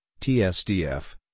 TSDF